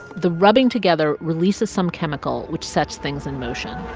the rubbing together releases some chemical which sets things in motion